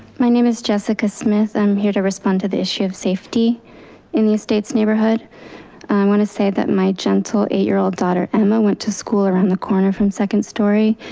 my name is jessica smith, i'm here to respond to the issue of safety in the estates neighborhood. i wanna say that my gentle eight year old daughter emma went to school around the corner from second story,